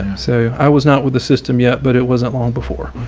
so i was not with the system yet, but it wasn't long before.